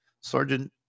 Sergeant